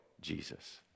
Jesus